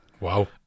Wow